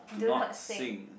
do not sing